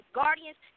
guardians